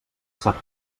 sap